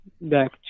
back